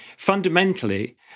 fundamentally